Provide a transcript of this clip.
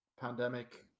pandemic